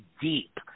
deep